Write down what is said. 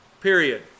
Period